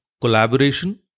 collaboration